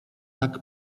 tak